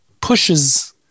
pushes